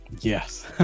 Yes